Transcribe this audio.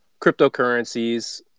cryptocurrencies